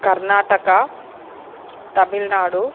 Karnataka Tamil Nadu